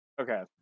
okay